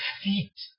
feet